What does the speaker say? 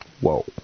Whoa